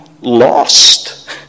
lost